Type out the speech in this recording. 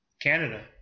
Canada